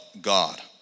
God